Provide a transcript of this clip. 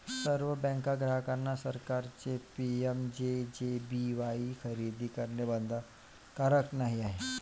सर्व बँक ग्राहकांना सरकारचे पी.एम.जे.जे.बी.वाई खरेदी करणे बंधनकारक नाही आहे